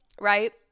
right